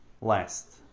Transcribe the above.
last